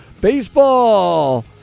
Baseball